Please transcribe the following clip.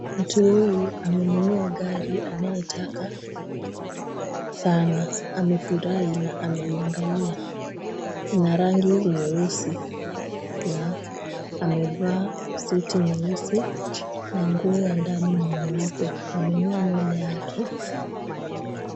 Mtu huyu amenunua gari anayetaka sana. Amefurahi na ameiangalia. Ina rangi nyeusi na amevaa suti nyeusi na nguo ya ndani ni nyeupe. Amenyoa nywele yake.